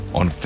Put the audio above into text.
on